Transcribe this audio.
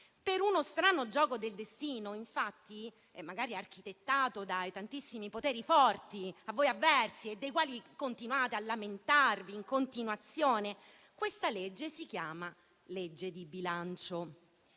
Per uno strano gioco del destino, magari architettato dai tantissimi poteri forti a voi avversi e dei quali continuate a lamentarvi in continuazione, questa legge si chiama legge di bilancio